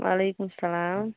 وعلیکم السلام